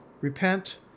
Repent